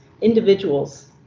individuals